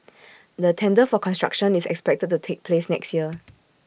the tender for construction is expected to take place next year